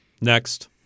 Next